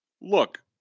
look